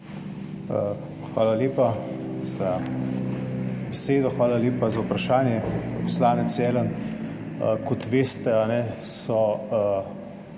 Hvala lepa za besedo. Hvala lepa za vprašanje, poslanec Jelen. Kot veste, je